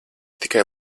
tikai